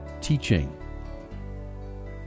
teaching